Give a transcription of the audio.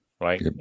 right